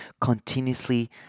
Continuously